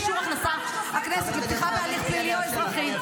אישור הכנסת לפתיחה בהליך פלילי או אזרחי),